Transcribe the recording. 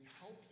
help